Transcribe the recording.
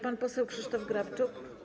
Pan poseł Krzysztof Grabczuk.